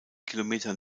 kilometer